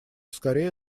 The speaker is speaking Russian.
скорее